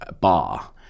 bar